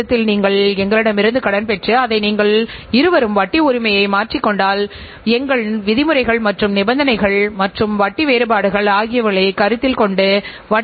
நீங்கள் அதைச் செய்ய முடிந்தால் நிச்சயமாக நீங்கள் ஒவ்வொரு விஷயத்திலும் சிறந்த ஒரு அமைப்பை உருவாக்க முடியும்